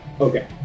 Okay